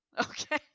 Okay